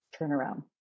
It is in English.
turnaround